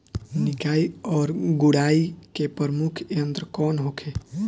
निकाई और गुड़ाई के प्रमुख यंत्र कौन होखे?